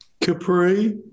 Capri